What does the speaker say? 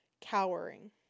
cowering